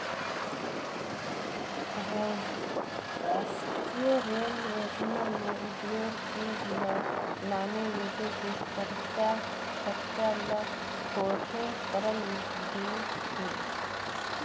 रास्टीय रेल योजना में उद्योग चीच ल लाने लेजे के खरचा ल थोरहें करल गे हे